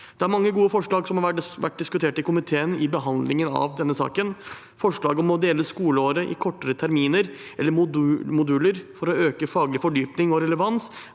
Det er mange gode forslag som har vært diskutert i komiteen i behandlingen av denne saken. Forslag om å dele skoleåret i kortere terminer eller moduler for å øke faglig fordypning og relevans